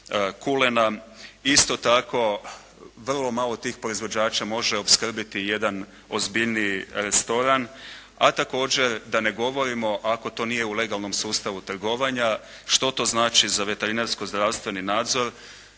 kulena. Isto tako, vrlo malo tih proizvođača može opskrbiti jedan ozbiljniji restoran, a također da ne govorimo ako to nije u legalnom sustavu trgovanja, što to znači za veterinarsko-zdravstveni nadzor